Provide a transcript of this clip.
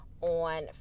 on